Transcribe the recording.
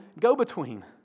go-between